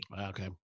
Okay